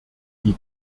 die